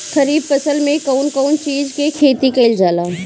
खरीफ फसल मे कउन कउन चीज के खेती कईल जाला?